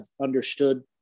understood